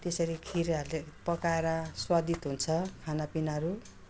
त्यसरी खिर हालेर पकाएर स्वादिष्ट हुन्छ खानापिनाहरू